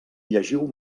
llegiu